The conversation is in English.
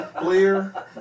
Clear